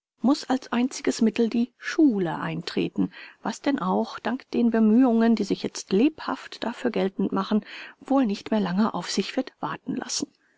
muß als einziges mittel die schule eintreten was denn auch dank den bemühungen die sich jetzt lebhaft dafür geltend machen wohl nicht mehr lange auf sich wird warten lassen